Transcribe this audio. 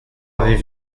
avait